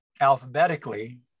alphabetically